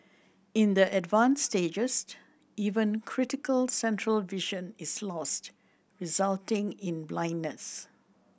in the advanced stages even critical central vision is lost resulting in blindness